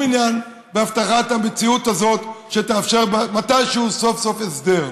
עניין בהבטחת המציאות הזאת שתאפשר מתישהו סוף-סוף הסדר.